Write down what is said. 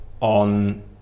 on